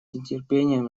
нетерпением